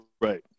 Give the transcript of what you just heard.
Right